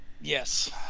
Yes